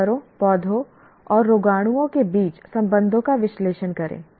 जानवरों पौधों और रोगाणुओं के बीच संबंधों का विश्लेषण करें